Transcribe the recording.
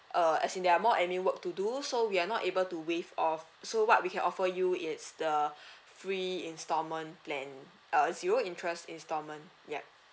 uh as in there are more admin work to do so we are not able to waive off so what we can offer you is the free instalment plan uh zero interest instalment yup